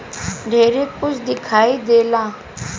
ढेरे कुछ दिखाई देला